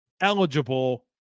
eligible